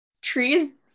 Trees